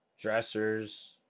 dressers